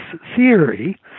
theory